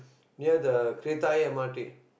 near the kreta-ayer m_r_t